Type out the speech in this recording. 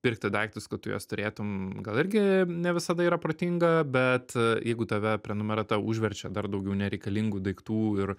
pirkti daiktus kad tu juos turėtum gal irgi ne visada yra protinga bet jeigu tave prenumerata užverčia dar daugiau nereikalingų daiktų ir